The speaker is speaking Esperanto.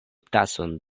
tason